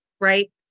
right